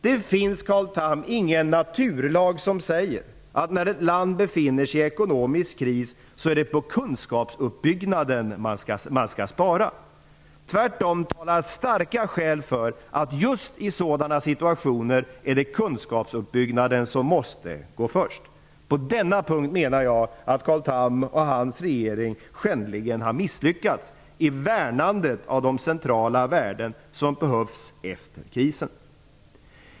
Det finns, Carl Tham, ingen naturlag som säger att det, när ett land befinner sig i ekonomisk kris, är på kunskapssuppbyggnaden som man skall spara. Tvärtom talar starka skäl för att det i just sådana situationer är kunskapsuppbyggnaden som måste gå först. På denna punkt menar jag att Carl Tham och hans regering skändligen har misslyckats i värnandet av de centrala värden som behövs efter krisen.